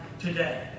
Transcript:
today